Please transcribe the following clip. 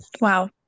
Wow